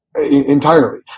entirely